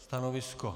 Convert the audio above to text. Stanovisko?